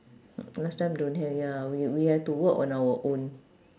last time don't have ya we we had to work on our own